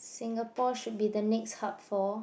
Singapore should be the next hub for